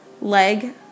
leg